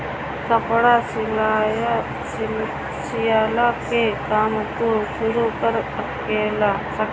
कपड़ा सियला के काम तू शुरू कर सकेला